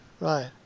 Right